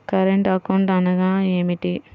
Current account అనగా ఏమిటి?